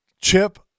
Chip